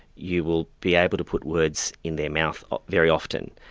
you will be able to put words in their mouth very often.